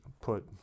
put